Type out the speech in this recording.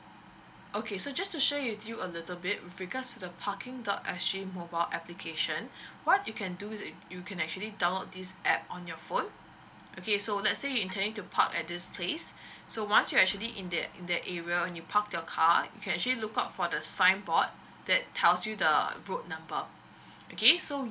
okay so just to share with you a little bit with regards to the parking dot s g mobile application what you can do is you can actually download this app on your phone okay so let's say you intending to park at this place so once you actually in that in that area when you park your car you can actually look out for the sign board that tells you the uh road number okay so